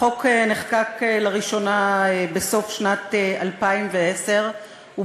החוק נחקק לראשונה בסוף שנת 2010. הוא